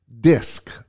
disc